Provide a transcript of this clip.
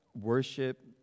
worship